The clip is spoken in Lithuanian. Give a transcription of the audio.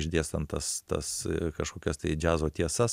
išdėstant tas tas kažkokias tai džiazo tiesas